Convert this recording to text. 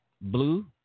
blue